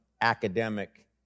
academic